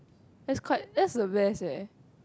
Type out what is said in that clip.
that's quite that's the best eh